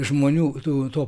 žmonių tų to